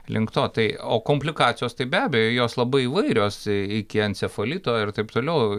link to tai o komplikacijos tai be abejo jos labai įvairios iki encefalito ir taip toliau